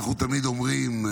אנחנו תמיד אומרים: